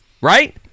right